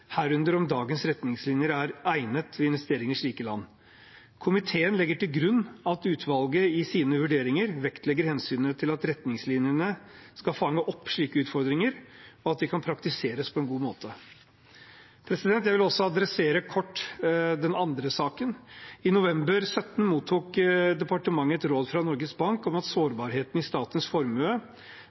herunder om dagens retningslinjer er egnet ved investeringer i slike land. Komiteen legger til grunn at utvalget i sine vurderinger vektlegger hensynet til at retningslinjene skal fange opp slike utfordringer, og at de kan praktiseres på en god måte. Jeg vil også adressere kort den andre saken. I november 2017 mottok departementet et råd fra Norges Bank om at sårbarheten i statens formue